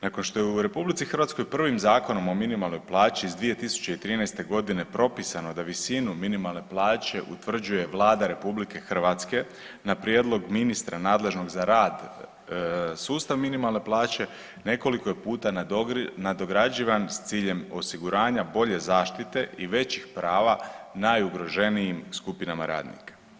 Nakon što je u RH prvim Zakonom o minimalnoj plaći iz 2013.g. propisano da visinu minimalne plaće utvrđuje Vlada RH na prijedlog ministra nadležnog za rad, sustav minimalne plaće nekoliko je puta nadograđivan s ciljem osiguranja bolje zaštite i većih prava najugroženijim skupinama radnika.